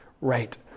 right